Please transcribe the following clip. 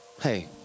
hey